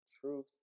truth